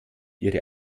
ihre